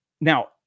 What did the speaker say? Now